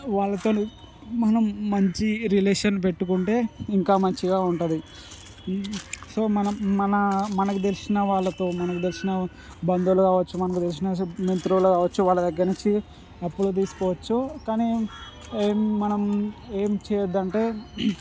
వాళ్ళతో మనం మంచి రిలేషన్ పెట్టుకుంటే ఇంకా మంచిగా ఉంటుంది మ్మ్ సో మనం మన మనకి తెలిసిన వాళ్ళతో మనకు తెలిసిన బంధువులు కావచ్చు మనకు తెలిసిన మిత్రులు కావచ్చు వాళ్ళ దగ్గర నుంచి అప్పులు తీసుకోవచ్చు కానీ మనం ఏం చేయొద్దంటే